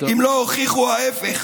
אם לא הוכיחו ההפך,